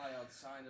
outside